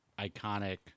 iconic